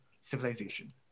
civilization